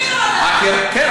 כן,